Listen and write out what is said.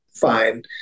Fine